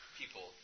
people